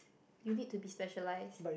you need to be specialised